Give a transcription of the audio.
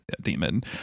demon